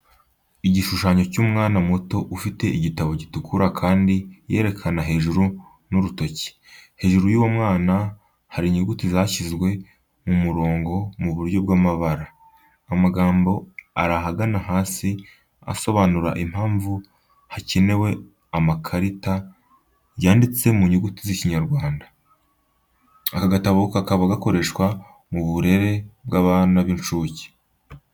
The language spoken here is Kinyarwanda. Igishushanyo cy'umwana muto ufite igitabo gitukura kandi yerekana hejuru n'urutoki. Hejuru y'uwo mwana hari inyuguti zashyizwe ku murongo mu buryo bw'amabara. Amagambo ari ahagana hasi asobanura impamvu hakenewe amakarita yanditseho inyuguti z'ikinyarwanda. Aka gatabo kakaba gakoreshwa mu burere bw'abana b'incuke.